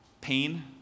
pain